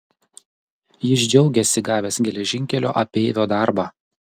jis džiaugėsi gavęs geležinkelio apeivio darbą